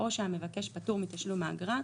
או שהמבקש פטור מתשלום האגרה,